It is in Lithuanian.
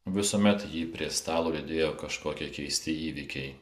visuomet jį prie stalo lydėjo kažkokie keisti įvykiai